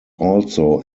also